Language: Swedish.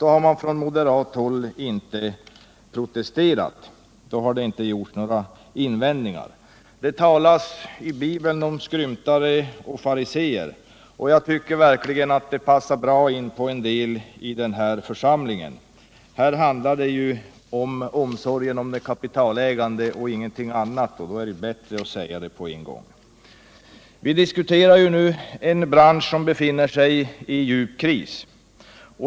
Då har det inte gjorts några invändningar. Det talas i bibeln om skrymtare och fariséer, och jag tycker verkligen att det passar bra in på en del i denna församling. Här handlar det om omsorgen om de kapitalägande och ingenting annat, och då är det bättre att säga det på en gång. Vi diskuterar nu en bransch som befinner sig i djup kris.